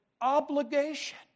obligation